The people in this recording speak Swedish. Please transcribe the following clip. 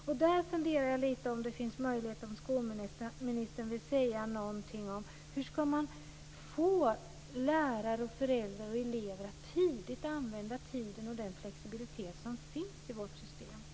Jag funderar över om skolministern vill säga någonting om hur man skall få lärare, föräldrar och elever att tidigt använda tiden och den flexibilitet som finns i vårt system.